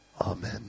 Amen